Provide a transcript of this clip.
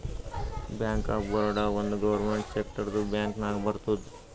bank of Baroda ಒಂದ್ government ಸೆಕ್ಟರ್ದು bank ನಾಗ್ ಬರ್ತುದ್